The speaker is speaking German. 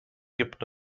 gibt